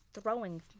throwing